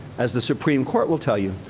as the supreme court will tell you,